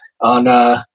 on